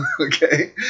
Okay